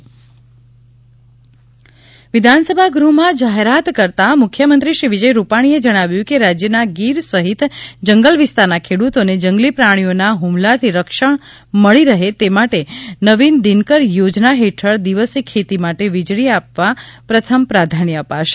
ખેડૂતોને દિવસે વીજળી વિજયભાઇ રૂપાણી વિધાનસભા ગૃહમાં જાહેરાત કરતાં મુખ્યમંત્રી શ્રી વિજયભાઇ રૂપાણીએ જણાવ્યું કે રાજ્યના ગીર સહિત જંગલ વિસ્તારના ખેડૂતોને જંગલી પ્રાણીઓના હ્મલાથી સંરક્ષણ મળી રહે તે માટે નવીન દિનકર યોજના હેઠળ દિવસે ખેતી માટે વીજળી આપવા પ્રથમ પ્રાધાન્ય અપાશે